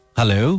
hello